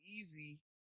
easy